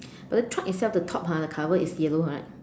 the truck itself the top ha the color is yellow right